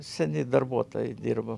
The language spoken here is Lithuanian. seni darbuotojai dirba